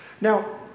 Now